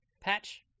Patch